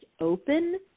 open